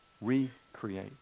Recreate